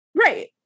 Right